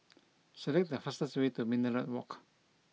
select the fastest way to Minaret Walk